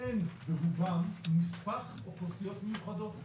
אין ברובן נספח אוכלוסיות מיוחדות.